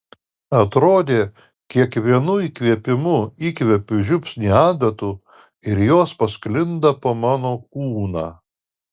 atrodė kiekvienu įkvėpimu įkvepiu žiupsnį adatų ir jos pasklinda po mano kūną